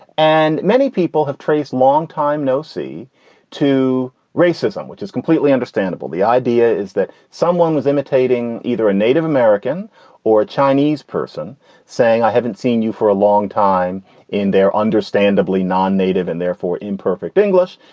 and many people have traced long time no see to racism, which is completely understandable. the idea is that someone was imitating either a native american or a chinese person saying, i haven't seen you for a long time in there, understandably non-native and therefore imperfect english.